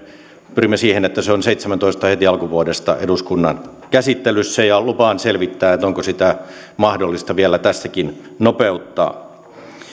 pyrimme siihen että se on heti alkuvuodesta seitsemäntoista eduskunnan käsittelyssä ja lupaan selvittää onko sitä mahdollista vielä tästäkin nopeuttaa